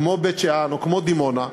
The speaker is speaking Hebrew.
כמו בית-שאן או כמו דימונה,